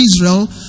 Israel